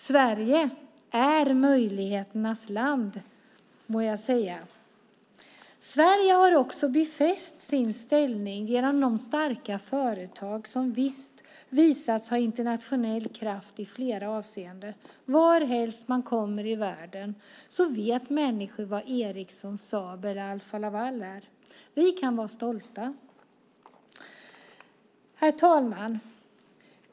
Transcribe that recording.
Sverige är möjligheternas land, må jag säga. Sverige har också befäst sin ställning genom de starka företag som visat sig ha internationell kraft i flera avseenden. Varhelst man kommer i världen vet människor vad Ericsson, Saab och Alfa Laval är. Vi kan vara stolta. Herr talman!